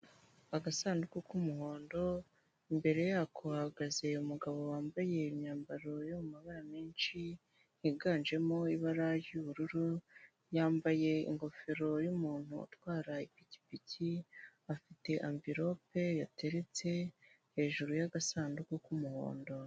Agasanduku k'umuhondo, imbere yako hahagaze umugabo wambaye imyambaro yo mu mabara menshi higanjemo ibara ry'ubururu, yambaye ingofero y'umuntu, utwara ipikipiki afite amverope yateretse hejuru y'agasanduku k'umuhondo.